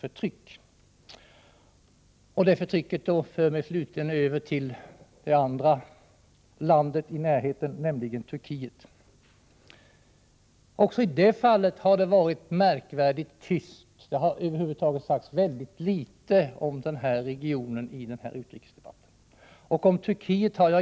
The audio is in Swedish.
Förtrycket av kurderna för mig slutligen över till det andra landet i närheten, nämligen Turkiet. Också i fråga om Turkiet har det varit märkvärdigt tyst. Det har över huvud taget sagts väldigt litet om den här regionen i utrikesdebatten.